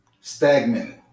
stagnant